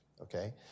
okay